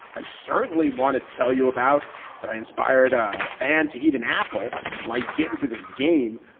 i certainly wanted to tell you about that. i inspired a fan to eat an apple. it's why you get into this game.